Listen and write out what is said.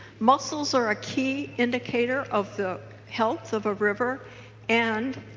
muscles are a key indicator of the health of a river and